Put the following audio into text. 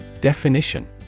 Definition